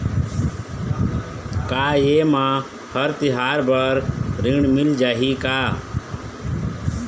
का ये मा हर तिहार बर ऋण मिल जाही का?